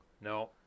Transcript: No